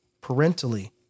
parentally